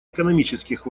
экономических